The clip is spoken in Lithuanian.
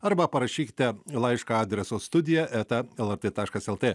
arba parašykite laišką adresu studija eta lrt taškas lt